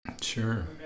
sure